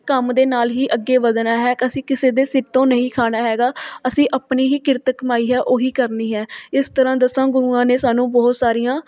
ਕੰਮ ਦੇ ਨਾਲ ਹੀ ਅੱਗੇ ਵਧਣਾ ਹੈ ਅਸੀਂ ਕਿਸੇ ਦੇ ਸਿਰ ਤੋਂ ਨਹੀਂ ਖਾਣਾ ਹੈਗਾ ਅਸੀਂ ਆਪਣੀ ਹੀ ਕਿਰਤ ਕਮਾਈ ਹੈ ਉਹੀ ਕਰਨੀ ਹੈ ਇਸ ਤਰ੍ਹਾਂ ਦਸਾਂ ਗੁਰੂਆਂ ਨੇ ਸਾਨੂੰ ਬਹੁਤ ਸਾਰੀਆਂ